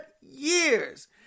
years